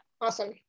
Awesome